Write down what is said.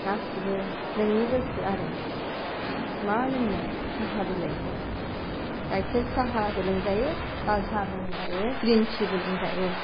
गासिबो नोंनि गोसो आरो मा लोंनो साहा बिलाइखौ गायखेर साहाबो लोंजायो लाल साहाबो लोंजायो ग्रिन थिबो लोंजायो